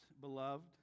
beloved